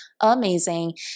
amazing